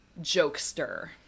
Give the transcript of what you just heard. jokester